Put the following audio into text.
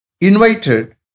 invited